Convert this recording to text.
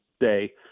day